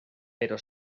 pero